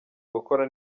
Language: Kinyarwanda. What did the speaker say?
gukora